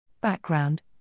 Background